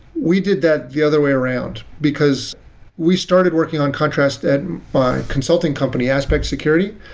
we did that the other way around, because we started working on contrast at my consulting company, aspect security,